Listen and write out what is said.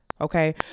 Okay